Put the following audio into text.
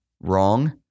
Wrong